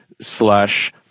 slash